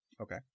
Okay